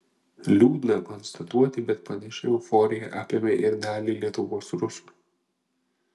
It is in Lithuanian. liūdna konstatuoti bet panaši euforija apėmė ir dalį lietuvos rusų